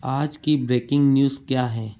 आज की breaking news क्या है